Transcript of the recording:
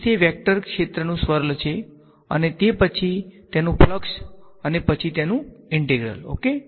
તેથી તે વેક્ટર ક્ષેત્રનું સ્વર્લ છે અને તે પછી તેનુ ફલ્ક્ષ અને પછી તેનુ ઈંટેગ્રલ ઓકે